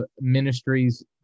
ministries